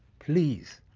please,